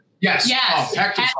Yes